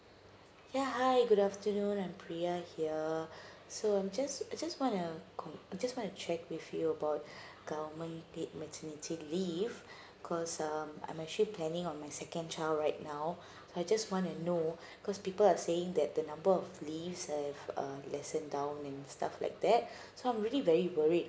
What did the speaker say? ya hi good afternoon I'm pria here so I'm just I just wanna I just want to check with you about government paid maternity leave cause um I'm actually planning on my second child right now I just want to know cause people are saying that the number of leaves have uh lessen down and stuff like that so I'm really very worried